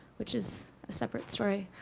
which is a separate story.